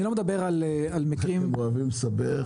אני לא מדבר על מקרים -- איך אתם אוהבים לסבך.